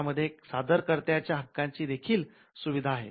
त्यामध्ये सदारकत्यांच्या हक्कांची देखील सुविधा आहे